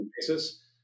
basis